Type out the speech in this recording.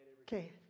Okay